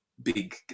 big